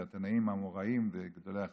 התנאים והאמוראים וגדולי החסידים,